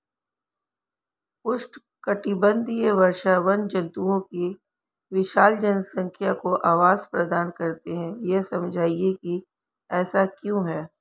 उष्णकटिबंधीय वर्षावन जंतुओं की विशाल जनसंख्या को आवास प्रदान करते हैं यह समझाइए कि ऐसा क्यों है?